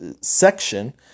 section